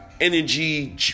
energy